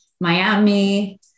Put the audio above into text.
Miami